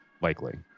likely